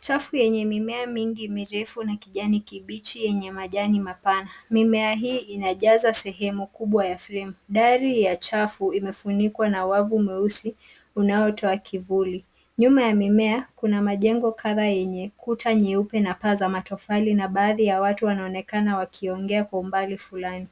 Chafu yenye mimea mingi mirefu na kijani kibichi yenye majani mapana. Mimea hii inajaza sehemu kubwa ya fremu. Dari ya chafu imefunikwa na wavu mweusi unaotoa kivuli. Nyuma ya mimea, kuna majengo kadhaa yenye kuta nyeupe na paa za matofali na baadhi ya watu wanaonekana wakiongea kwa umbali fulani.